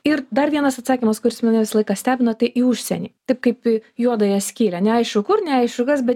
ir dar vienas atsakymas kuris mane visą laiką stebina tai į užsienį taip kaip į juodąją skylę neaišku kur ne neaišku kas bet